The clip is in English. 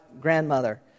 grandmother